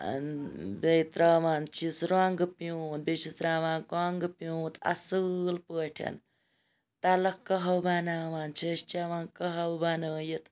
بیٚیہِ تراوان چھِس رۄنٛگہٕ پیوٗنٛت بیٚیہِ چھِس تراوان کۄنٛگہٕ پیٗونٛت اَصیل پٲٹھۍ تَلَکھ قَہَو بَناوان چھِ أسۍ چَوان قَہَو بَنٲیِتھ